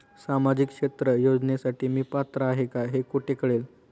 सामाजिक क्षेत्र योजनेसाठी मी पात्र आहे का हे कुठे कळेल?